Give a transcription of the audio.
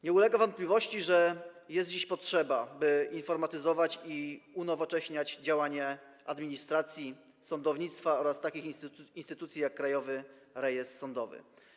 Nie ulega wątpliwości, że jest dziś potrzeba, by informatyzować, unowocześniać działanie administracji, sądownictwa oraz takich instytucji jak Krajowy Rejestr Sądowy.